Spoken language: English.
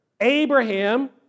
Abraham